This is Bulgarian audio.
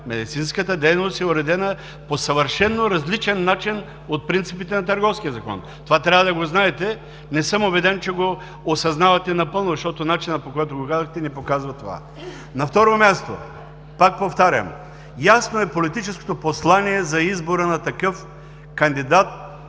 Медицинската дейност е уредена по съвършено различен начин от принципите на Търговския закон. Това трябва да го знаете. Не съм убеден, че го осъзнавате напълно, защото начинът, по който го казахте, не показва това. На второ място, пак повтарям, ясно е политическото послание за избора на такъв кандидат